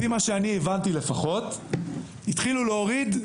לפי מה שאני הבנתי לפחות התחילו להוריד,